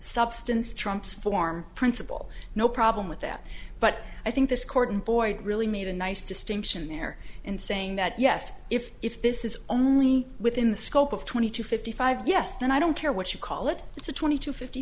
substance trumps form principle no problem with that but i think this court and boyd really made a nice distinction there in saying that yes if this is only within the scope of twenty to fifty five yes then i don't care what you call it it's a twenty to fifty